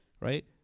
Right